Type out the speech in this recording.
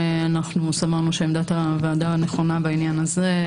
אנחנו סברנו שעמדת הוועדה נכונה בעניין הזה,